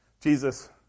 Jesus